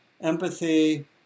empathy